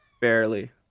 Barely